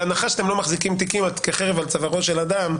בהנחה שאתם לא מחזיקים תיקים כחרב על צווארו של אדם,